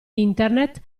internet